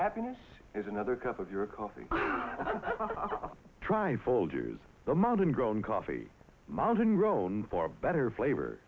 happiness is another cup of coffee try folgers the modern grown coffee mountain grown far better flavor